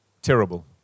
terrible